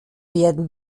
werden